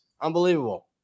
Unbelievable